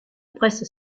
presse